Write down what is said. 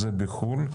הן בחו"ל,